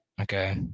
okay